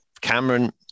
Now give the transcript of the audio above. Cameron